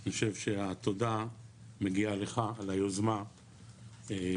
אני חושב שהתודה מגיעה לך על היוזמה וזה